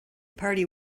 party